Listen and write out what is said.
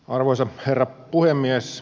arvoisa herra puhemies